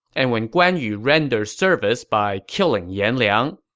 and when guan yu rendered service by killing yan liang,